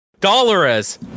Dolores